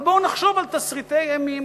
אבל בואו נחשוב על תסריטי אימים: